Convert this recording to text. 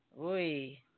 Oi